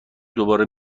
دوباره